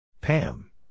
Pam